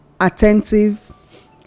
attentive